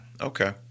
Okay